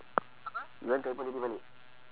erwan telephone daddy balik